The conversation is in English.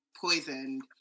poisoned